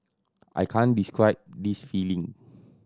I can't describe this feeling